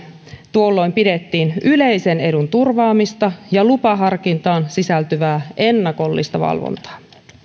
tuolloin pidettiin yleisen edun turvaamista ja lupaharkintaan sisältyvää ennakollista valvontaa